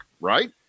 right